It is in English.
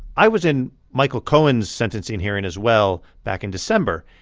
i was in michael cohen's sentencing hearing, as well, back in december.